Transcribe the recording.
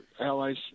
allies